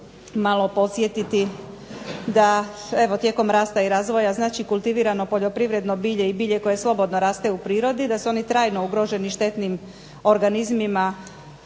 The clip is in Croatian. malo podsjetiti da evo tijekom rasta i razvoja, znači kultivirano poljoprivredno bilje i bilje koje slobodno raste u prirodi, da su oni trajno ugroženi štetnim organizmima,